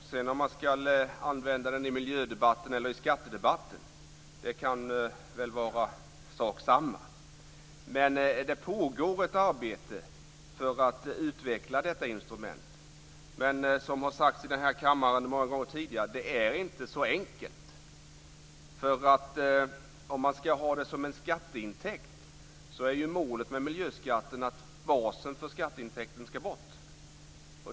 Om man sedan ska diskutera det i miljödebatten eller i skattedebatten kan väl vara sak samma. Det pågår ett arbete för att utveckla detta instrument. Men det är inte så enkelt, och det har sagts här i kammaren många gånger förr. Om man ska ha det som en skatteintäkt är ju målet med miljöskatten att basen för skatteintäkten ska bort.